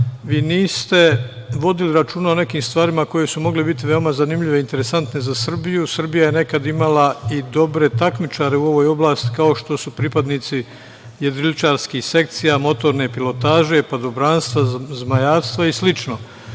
vi niste vodili računa o nekim stvarima koje su mogle biti veoma zanimljive i interesantne, za Srbiju, a Srbija je nekada imala i dobre takmičare u ovoj oblasti, kao što su pripadnici jedriličarskih sekcija, motorne epilotaže, padobranstva, zmajarstva i